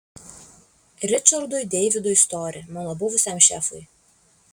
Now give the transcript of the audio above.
ričardui deividui stori mano buvusiam šefui